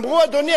אמרו: אדוני,